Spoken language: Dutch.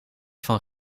van